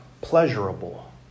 pleasurable